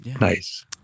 Nice